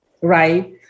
right